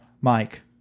Mike